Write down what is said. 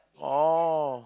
oh